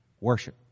Worship